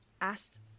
asked